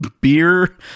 beer